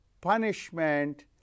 punishment